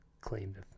claimed